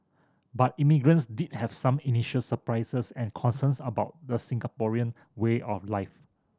but immigrants did have some initial surprises and concerns about the Singaporean way of life